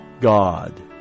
God